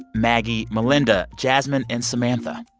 maggie, melinda, jasmine and samantha.